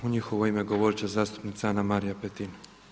U njihovo ime govoriti će zastupnica Ana-Marija Petin.